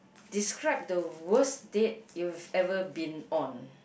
describe the worst date you have ever been on